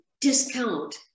discount